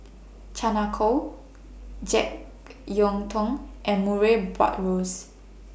Chan Ah Kow Jek Yeun Thong and Murray Buttrose